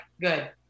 good